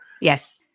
Yes